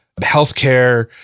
healthcare